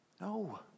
No